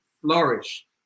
flourish